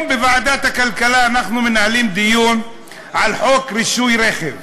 בוועדת הכלכלה אנחנו מנהלים היום דיון על חוק רישוי רכב.